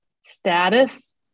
Status